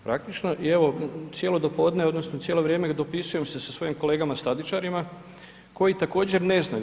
Praktično evo i cijelo dopodne odnosno cijelo vrijeme dopisujem se sa svojim kolegama statičarima koji također ne znaju.